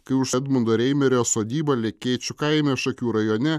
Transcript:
kai už edmundo reimerio sodybą lekėčių kaime šakių rajone